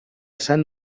sant